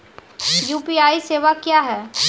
UPI सेवा क्या हैं?